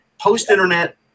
Post-internet